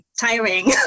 tiring